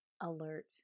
alert